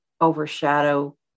overshadow